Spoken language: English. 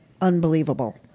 unbelievable